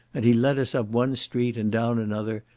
and he led us up one street, and down another,